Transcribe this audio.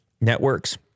networks